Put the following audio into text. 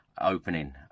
Opening